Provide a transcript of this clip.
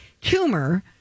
tumor